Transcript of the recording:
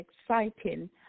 exciting